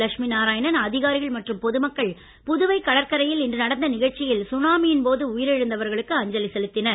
லட்சுமிநாராயணன் அதிகாரிகள் மற்றும் பொதுமக்கள் புதுவை கடற்கரையில் இன்று நடந்த நிகழ்ச்சியில் சுனாமியின்போது உயிரிழந்தவர்களுக்கு அஞ்சலி செலுத்தினர்